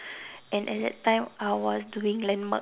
and at that time I was doing landmark